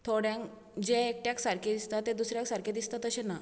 थोड्यांक जें एकट्याक सारकें दिसता तें दुसऱ्याक सारकें दिसता तशें ना